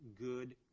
good